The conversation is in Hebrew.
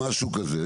משהו כזה.